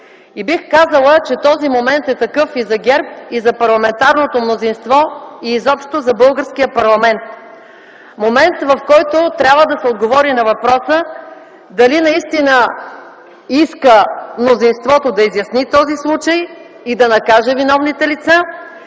Бих казала, че този момент е такъв за ГЕРБ, за парламентарното мнозинство и изобщо за българския парламент, момент, в който трябва да се отговори на въпроса дали наистина мнозинството иска да изясни този случай и да накаже виновните лица,